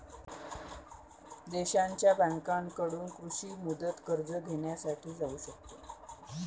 देशांच्या बँकांकडून कृषी मुदत कर्ज घेण्यासाठी जाऊ शकतो